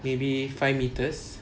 maybe five metres